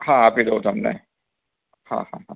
હા આપી દઉ તમને હા હા હા